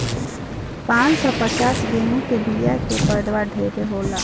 पान सौ पचपन गेंहू के बिया के पैदावार ढेरे होला